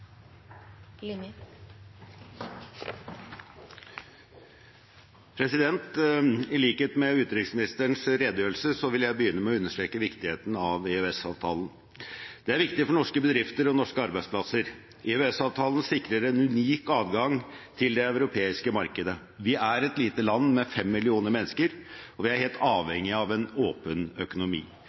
viktig for norske bedrifter og norske arbeidsplasser. EØS-avtalen sikrer en unik adgang til det europeiske markedet. Vi er et lite land med 5 millioner mennesker, og vi er helt avhengige av en åpen økonomi.